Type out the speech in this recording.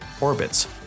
orbits